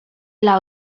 dla